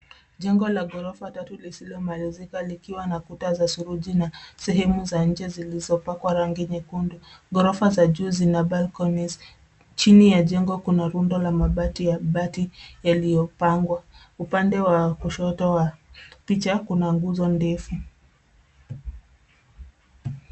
Jengo la ghorofa tatu lisilomalizika likiwa na kuta za suruji na sehemu za nje zilizopakwa rangi nyekundu. Ghorofa za juu zina balconies . Chini ya jengo kuna rundo la mabati ya mabati yaliyopangwa. Upande wa kushoto wa picha kuna nguzo ndefu.